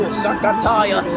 sakataya